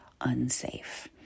unsafe